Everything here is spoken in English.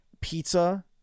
pizza